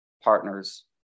partners